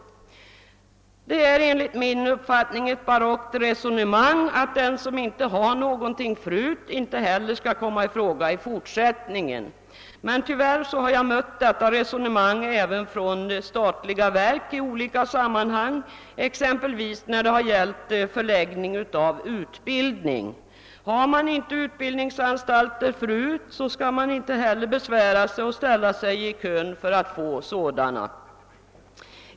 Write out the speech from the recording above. Det är enligt min uppfattning ett barockt resonemang att den som inte har någonting förut inte heller skall komma i fråga i fortsättningen. Men tyvärr har jag mött detta resonemang även från statliga verk i olika sammanhang, exempelvis när det gällt förläggning av utbildningsanstalter. Har man inte utbildningsanstalter förut skall man inte besvära sig och ställa sig i kön för att få sådana!